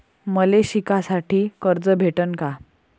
मले शिकासाठी कर्ज भेटन का?